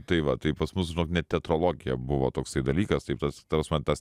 tai va tai pas mus net teatrologija buvo toksai dalykas taip tas ta prasme tas